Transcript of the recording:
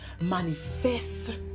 manifest